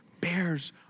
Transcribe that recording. bears